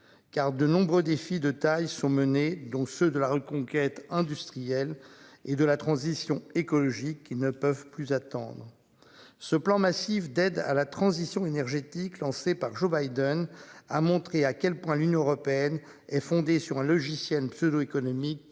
car de nombreux défis de taille sont menées, dont ceux de la reconquête industrielle et de la transition écologique, qui ne peuvent plus attendre. Ce plan massif d'aide à la transition énergétique lancée par Joe Biden a montré à quel point l'Union Européenne est fondée sur un logiciel pseudo-économiques